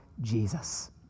Jesus